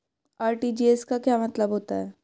RTGS का क्या मतलब होता है?